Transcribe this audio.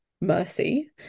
mercy